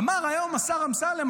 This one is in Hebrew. אמר היום השר אמסלם,